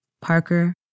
Parker